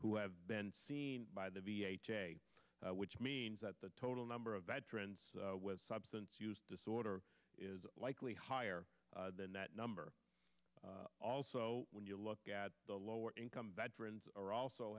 who have been seen by the v a which means that the total number of veterans with substance use disorder is likely higher than that number also when you look at the lower income veterans are also